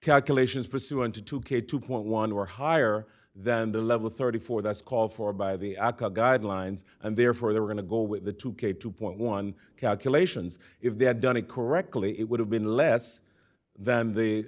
calculations pursuant to two k two point one were higher than the level thirty four that's called for by the aca guidelines and therefore they're going to go with the two k two point one calculations if they had done it correctly it would have been less than the